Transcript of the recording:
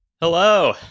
Hello